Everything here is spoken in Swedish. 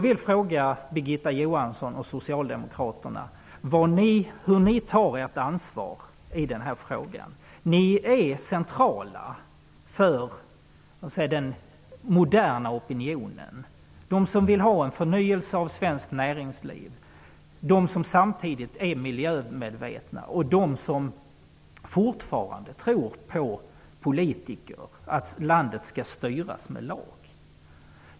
Ni är centrala för den moderna opinionen, dvs. de som vill ha en förnyelse i svenskt näringsliv, de som samtidigt är miljömedvetna och de som fortfarande tror på politiker och att landet skall styras med lag.